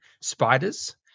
spiders